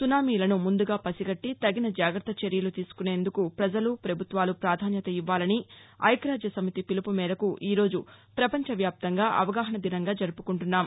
సునామీలను ముందుగా పసిగట్టి తగిన జాగ్రత్త చర్యలు తీసుకానేందుకు ప్రజలు ప్రభుత్వాలు ప్రాధాన్యత ఇవ్వాలని ఐక్యరాజ్య సమితి పిలుపు మేరకు ఈ రోజు ప్రపంచ వ్యాప్తంగా అవగాహన దినంగా జరుపుకుంటున్నాం